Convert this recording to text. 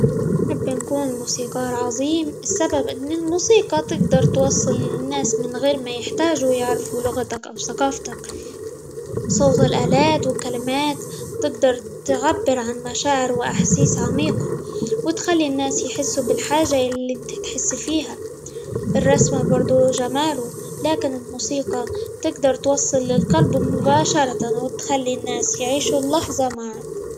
نحب نكون موسيقار عظيم؛ السبب إن الموسيقى تقدر توصل للناس من غير ما يحتاجوا يعرفوا لغتك، أو ثقافتك، صوت الآلات، والكلمات تقدر تعبر عن مشاعر، وأحاسيس عميقة، وتخلي الناس يحسوا بالحاجة اللي انت تحس فيها، الرسم برضو جماله، لكن الموسيقى تقدر توصل للقلب مباشرة، وبتخلي الناس يعيشوا اللحظة معاك.